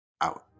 out